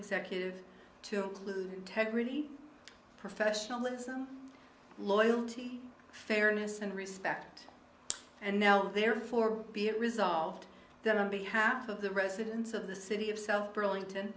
executive to include integrity professionalism loyalty fairness and respect and now therefore be it resolved that on behalf of the residents of the city of self burlington